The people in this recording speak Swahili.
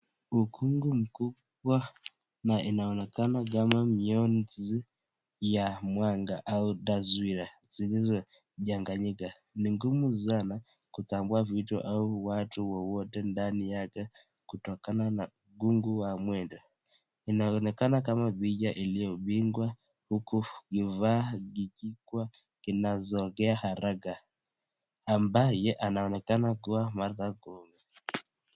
Mkungu mkubwa na unaonekana kama mionzi ya mwanga au taswira zilizo changanyika, ni ngumu sana kutambua vitu au watu wowote na ndani yake kutokana na ukungu wa mwendo, inaonekana kama picha iliyopigwa huku kifaa kikiwa kinasogea haraka ambaye anaonekana kuwa Martha Koome.